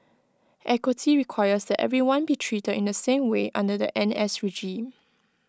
equity requires that everyone be treated in the same way under the N S regime